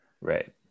right